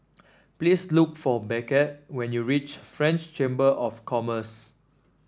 please look for Beckett when you reach French Chamber of Commerce